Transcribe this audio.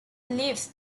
lived